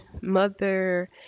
mother